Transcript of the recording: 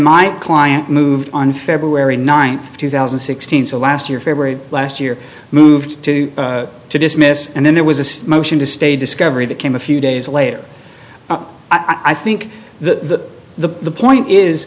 my client moved on february ninth two thousand and sixteen so last year february last year moved to dismiss and then there was a motion to stay discovery that came a few days later i think that the point is